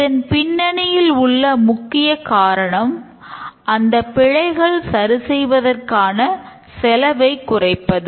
இதன் பின்னணியில் உள்ள முக்கிய காரணம் அந்த பிழைகளை சரிசெய்வதற்கான செலவை குறைப்பது